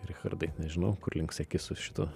richardai nežinau kur link seki su šituo